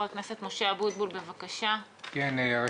חבר הכנסת אבוטבול, בבקשה.